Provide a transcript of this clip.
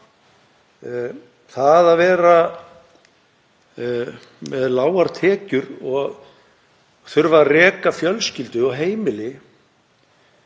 það að vera með lágar tekjur og þurfa að reka fjölskyldu og heimili.